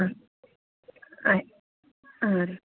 ಹಾಂ ಹಾಂ ರೀ